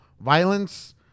Violence